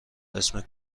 اسم